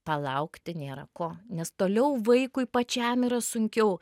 palaukti nėra ko nes toliau vaikui pačiam yra sunkiau